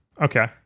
Okay